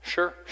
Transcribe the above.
Sure